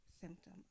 symptom